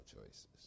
choices